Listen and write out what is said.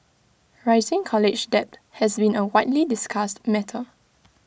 rising college debt has been A widely discussed matter